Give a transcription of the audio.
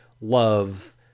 love